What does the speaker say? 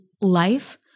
life